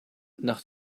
nach